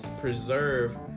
preserve